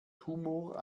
tumor